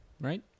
Right